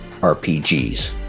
RPGs